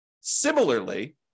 Similarly